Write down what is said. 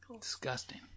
disgusting